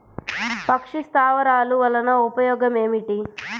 పక్షి స్థావరాలు వలన ఉపయోగం ఏమిటి?